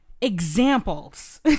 examples